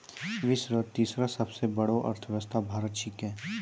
विश्व रो तेसरो सबसे बड़ो अर्थव्यवस्था भारत छिकै